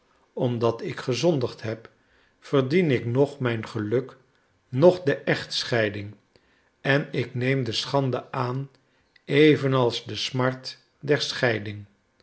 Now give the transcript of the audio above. omdat ik gezondigd heb verdien ik noch mijn geluk noch de echtscheiding en ik neem de schande aan evenals de smart der scheiding